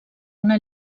una